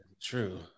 True